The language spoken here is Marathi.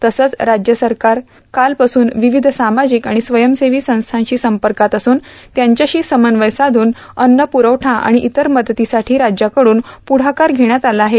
तसंच राज्य सरकार कालपासून विविध समाजिक आणि स्वयंसेवी संस्थांशी संपर्कात असून त्यांच्याशी समन्वय साधून अन्नपूरवठा आणि इतर मदतीसाठी राज्याकडून पुढाकार घेण्यात आला आहे